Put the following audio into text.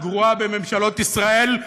הגרועה בממשלות ישראל,